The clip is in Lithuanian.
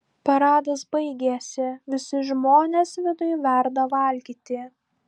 paradas baigėsi visi žmonės viduj verda valgyti